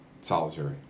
Solitary